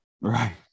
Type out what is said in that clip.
Right